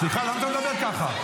סליחה, למה אתה מדבר ככה?